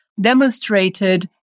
demonstrated